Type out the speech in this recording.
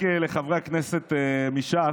לחברי הכנסת מש"ס,